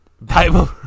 bible